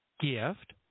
gift